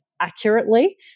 accurately